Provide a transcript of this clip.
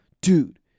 dude